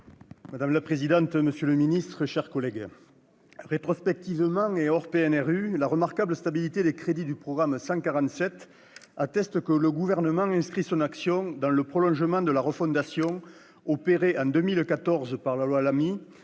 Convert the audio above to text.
messieurs les rapporteurs, mes chers collègues, rétrospectivement et hors PNRU, la remarquable stabilité des crédits du programme 147 atteste que le Gouvernement inscrit son action dans le prolongement de la refondation opérée en 2014 par la loi Lamy